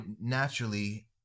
naturally